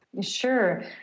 Sure